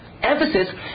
emphasis